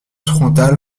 frontal